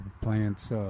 plants